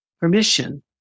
permission